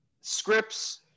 Scripts